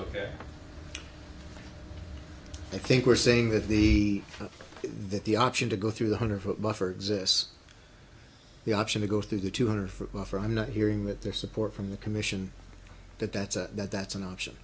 ok i think we're saying that the that the option to go through one hundred foot buffer exists the option to go through the two hundred for offer i'm not hearing that there support from the commission that that's a that's an option